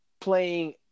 playing